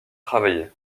travailler